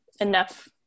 enough